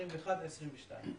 2021 ו-2022.